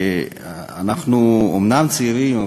אנחנו אומנם צעירים,